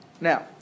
Now